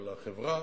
על החברה,